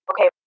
okay